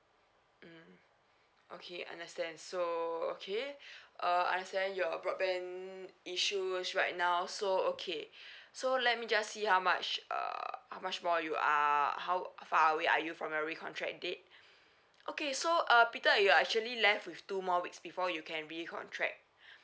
mm okay understand so okay uh understand your broadband issues right now so okay so let me just see how much uh how much more you are how far away are you from your recontract date okay so err peter you're actually left with two more weeks before you can recontract